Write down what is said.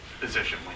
position